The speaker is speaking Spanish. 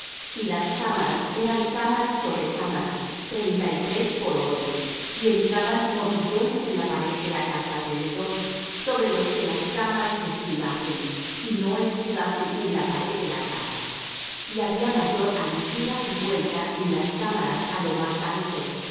y las cámaras eran cámara sobre cámara treinta y tres por orden y entraban modillones en la pared de la casa alrededor sobre los que las cámaras estribasen y no estribasen en la pared de la casa y había mayor anchura y vuelta en las cámaras á lo más alto el caracol de